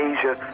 Asia